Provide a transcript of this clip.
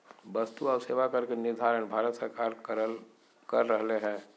वस्तु आऊ सेवा कर के निर्धारण भारत सरकार कर रहले हें